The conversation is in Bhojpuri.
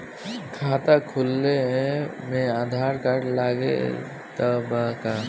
खाता खुलावे म आधार कार्ड लागत बा का?